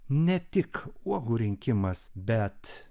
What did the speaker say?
ne tik uogų rinkimas bet